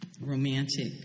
Romantic